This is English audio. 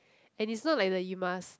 and is not like the you must